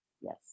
Yes